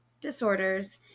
disorders